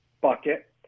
bucket